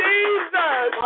Jesus